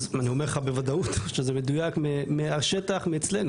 אז אני אומר לך בוודאות שזה מדויק, מהשטח, אצלנו.